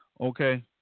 Okay